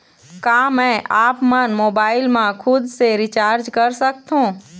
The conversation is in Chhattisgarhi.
का मैं आपमन मोबाइल मा खुद से रिचार्ज कर सकथों?